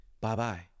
bye-bye